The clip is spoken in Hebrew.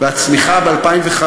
והצמיחה ב-2015,